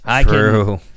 True